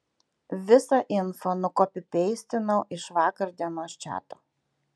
visą info nukopipeistinau iš vakar dienos čato